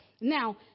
Now